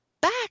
back